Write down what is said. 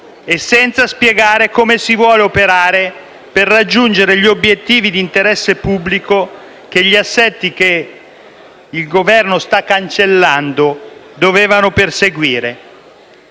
e senza spiegare come si vuole operare per raggiungere gli obiettivi di interesse pubblico che gli assetti che il Governo sta cancellando dovevano perseguire.